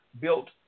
built